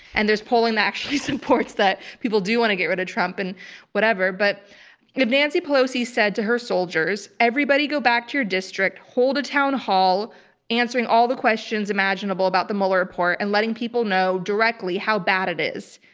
and there's polling that actually supports that people do want to get rid of trump and whatever, but if nancy pelosi said to her soldiers, everybody go back to your district, hold a town hall answering all the questions imaginable about the mueller report and letting people know directly how bad it is.